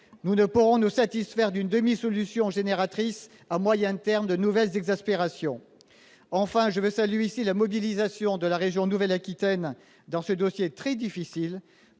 Nous ne pourrons nous satisfaire d'une demi-solution génératrice, à moyen terme, de nouvelles exaspérations. Enfin, je veux saluer ici la mobilisation de la région Nouvelle-Aquitaine dans ce dossier très difficile,